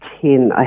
ten